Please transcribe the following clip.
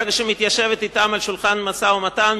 ברגע שהיא מתיישבת אתם לשולחן המשא-ומתן,